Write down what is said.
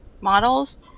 models